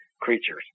creatures